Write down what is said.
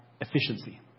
efficiency